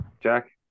Jack